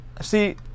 See